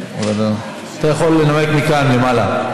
אתה יכול לנמק מכאן, למעלה.